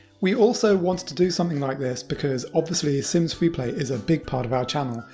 we also wanted to do something like this because obviously, sims freeplay is a big part of our channel.